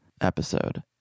episode